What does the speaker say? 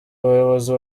abayobozi